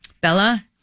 bella